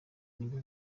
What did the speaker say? nibyo